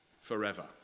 forever